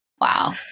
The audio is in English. Wow